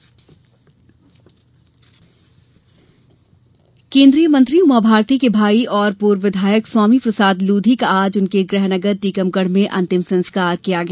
लोधी निघन केन्द्रीय मंत्री उमाभारती के भाई और पूर्व विधायक स्वामी प्रसाद लोधी का आज उनके गृहनगर टीकमगढ़ में अंतिम संस्कार किया गया